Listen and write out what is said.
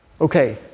Okay